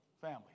family